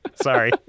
Sorry